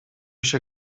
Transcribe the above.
się